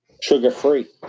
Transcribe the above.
Sugar-free